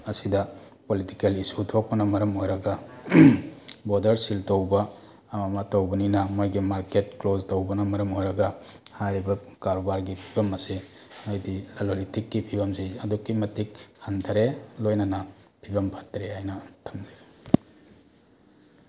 ꯑꯁꯤꯗ political issue ꯊꯣꯛꯄꯅ ꯃꯔꯝ ꯑꯣꯏꯔꯒ ꯕꯣꯔꯗꯔ ꯁꯤꯜ ꯇꯧꯕ ꯑꯃꯃ ꯇꯧꯕꯅꯤꯅ ꯃꯣꯏꯒꯤ ꯃꯥꯔꯀꯦꯠ ꯀ꯭ꯂꯣꯖ ꯇꯧꯕꯅ ꯃꯔꯝ ꯑꯣꯏꯔꯒ ꯍꯥꯏꯔꯤꯕ ꯀꯔꯕꯥꯔꯒꯤ ꯐꯤꯕꯝ ꯑꯁꯤ ꯍꯥꯏꯗꯤ ꯂꯂꯣꯜ ꯏꯇꯤꯛꯀꯤ ꯐꯤꯕꯝꯁꯤ ꯑꯗꯨꯛꯀꯤ ꯃꯇꯤꯛ ꯍꯟꯊꯔꯦ ꯂꯣꯏꯅꯅ ꯐꯤꯕꯝ ꯐꯠꯇ꯭ꯔꯦ ꯍꯥꯏꯅ ꯊꯝꯖꯒꯦ